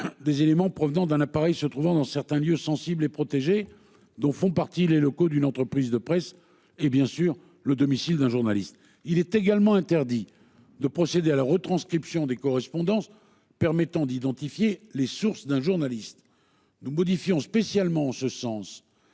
des éléments provenant d'un appareil se trouvant dans certains lieux sensibles et protégés, ce qui inclut les locaux d'une entreprise de presse et le domicile d'un journaliste. Il est également interdit de procéder à la retranscription des correspondances permettant d'identifier les sources d'un journaliste. Nous avons modifié spécialement en ce sens